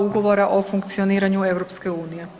Ugovora o funkcioniranju EU.